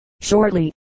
shortly